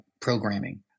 programming